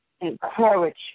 encourage